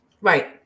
Right